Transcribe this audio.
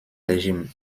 régime